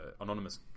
anonymous